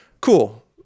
cool